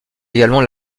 également